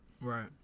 Right